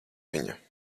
viņa